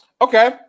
Okay